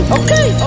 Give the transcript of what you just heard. okay